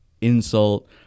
insult